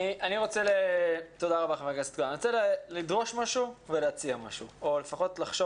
אני רוצה לדרוש משהו ולהציע משהו או לפחות לחשוב